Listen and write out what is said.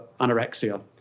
anorexia